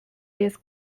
this